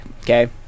Okay